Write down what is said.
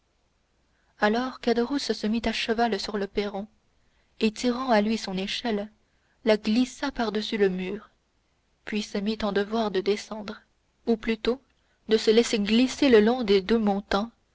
alors caderousse se mit à cheval sur le perron et tirant à lui son échelle la passa par-dessus le mur puis il se mit en devoir de descendre ou plutôt de se laisser glisser le long des deux montants